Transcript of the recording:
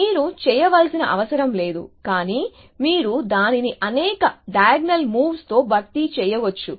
మీరు చేయవలసిన అవసరం లేదు కానీ మీరు దానిని అనేక డైయగ్నల్ మూవ్స్ తో భర్తీ చేయవచ్చు